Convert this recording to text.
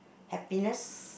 happiness